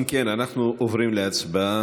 אם כן, אנחנו עוברים להצבעה.